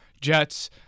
Jets